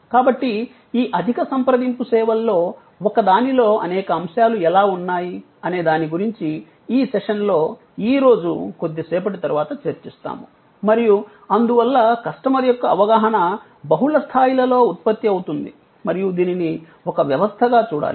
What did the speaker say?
కాబట్టి ఈ అధిక సంప్రదింపు సేవల్లో ఒకదానిలో అనేక అంశాలు ఎలా ఉన్నాయి అనే దాని గురించి ఈ సెషన్లో ఈ రోజు కొద్దిసేపటి తరువాత చర్చిస్తాము మరియు అందువల్ల కస్టమర్ యొక్క అవగాహన బహుళ స్థాయిలలో ఉత్పత్తి అవుతుంది మరియు దీనిని ఒక వ్యవస్థగా చూడాలి